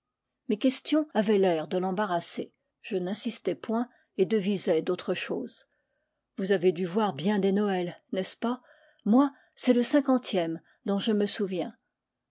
mes questions avaient l'air de l'embarrasser je n'insistai point et devisai d'autre chose vous avez dû voir bien des noëls n'est-ce pas moi c'est le cinquantième dont je me souviens